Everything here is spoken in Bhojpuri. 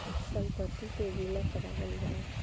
सम्पति के बीमा करावल जाला